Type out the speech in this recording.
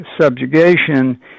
subjugation